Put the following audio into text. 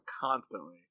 constantly